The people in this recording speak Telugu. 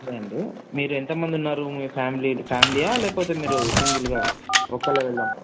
సరే అండి మీరు ఎంత మంది ఉన్నారు మీ ఫ్యామిలీ ఫ్యామిలీయా లేకపోతే మీరు సింగిల్గా ఒక్కరే వెళ్ళాను